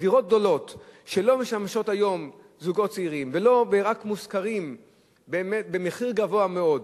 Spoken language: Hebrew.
דירות גדולות לא משמשות היום זוגות צעירים ורק מושכרות במחיר גבוה מאוד,